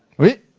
weight